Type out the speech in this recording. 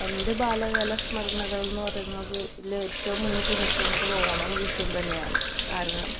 എൻ്റെ ബാല്യകാല സ്മരണകൾ എന്ന് പറയുന്നത് ഇതിലേറ്റവും മുന്നിട്ട് നിൽക്കുന്നത് ഓണവും വിഷുവും തന്നെയാണ് കാരണം